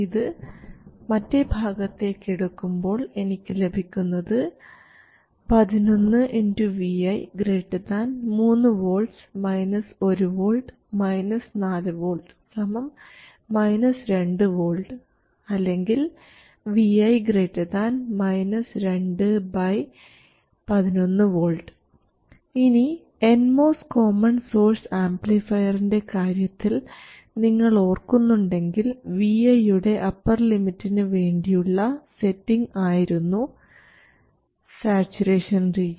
ഇത് മറ്റേ ഭാഗത്തേക്ക് എടുക്കുമ്പോൾ എനിക്ക് ലഭിക്കുന്നത് 11vi 3 V 1 V 4 V 2 V അല്ലെങ്കിൽ vi 2 11 V ഇനി എൻ മോസ് കോമൺ സോഴ്സ് ആംപ്ലിഫയറിൻറെ കാര്യത്തിൽ നിങ്ങൾ ഓർക്കുന്നുണ്ടെങ്കിൽ vi യുടെ അപ്പർ ലിമിറ്റിന് വേണ്ടിയുള്ള സെറ്റിംഗ് ആയിരുന്നു സാച്ചുറേഷൻ റീജിയൻ